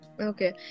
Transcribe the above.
Okay